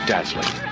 Dazzling